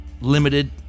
limited